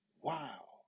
Wow